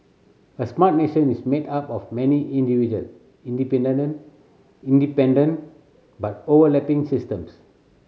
a smart nation is made up of many individual independent but overlapping systems